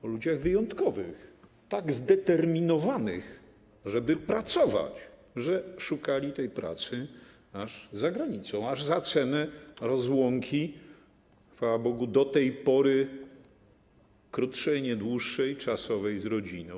O ludziach wyjątkowych, tak zdeterminowanych, żeby pracować, że szukali tej pracy aż za granicą, aż za cenę rozłąki, chwała Bogu, do tej pory krótszej, nie dłuższej, czasowej z rodziną.